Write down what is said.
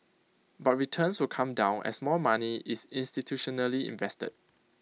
but returns will come down as more money is institutionally invested